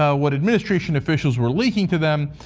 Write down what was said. ah what administration officials were leaking to them.